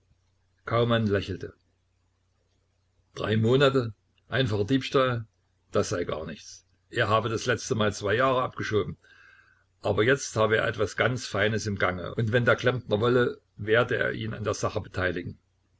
kaumann lächelte drei monate einfacher diebstahl das sei gar nichts er habe das letzte mal zwei jahre abgeschoben aber jetzt habe er etwas ganz feines im gange und wenn der klempner wolle werde er ihn an der sache beteiligen